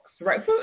right